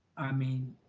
mean,